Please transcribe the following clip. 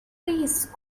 please